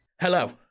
Hello